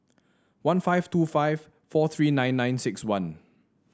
one five two five four three nine nine six one